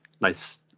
nice